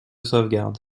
sauvegarde